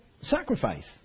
sacrifice